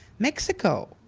mexico,